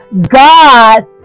God